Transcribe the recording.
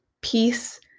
Peace